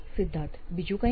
સિદ્ધાર્થ બીજું કંઈ